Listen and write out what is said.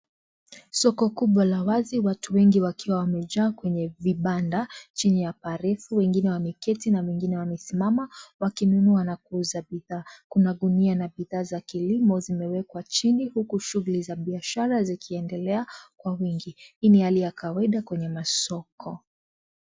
Soko kubwa la wazi watu wengi wakijaa kwenye vibanda chini ya bara wengine wameketi na wengine wamesimama wakinunua na kuuza bidhaa. Kuna gunia na bidhaa za kilimo zimewekwa chini huku shughuli za biashara zikiendelea kwa wingi hii ni hali ya kawaida kwenye masoko.